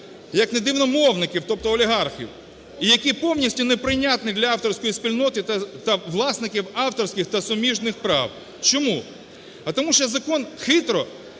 як не дивно, мовників, тобто олігархів і які повністю неприйнятні для авторської спільноти та власників авторських та суміжних прав. Чому? А тому що закон хитро